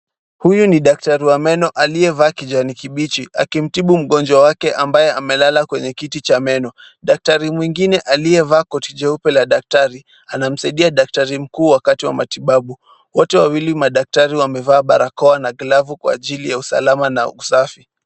Huyu ni daktari wa meno aliyevaa kijani kibichi akimtibu mgonjwa wake ambaye amelala kwenye kiti cha meno. Daktari mwingine aliyevaa koti jeupe la daktari, anamsaidia daktari mkuu wakati wa matibabu. Wote wawili madaktari wamevaa barakoa na glavu kwa ajili ya usalama na usafi.